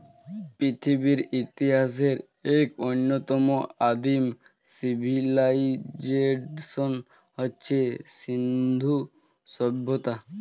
পৃথিবীর ইতিহাসের এক অন্যতম আদিম সিভিলাইজেশন হচ্ছে সিন্ধু সভ্যতা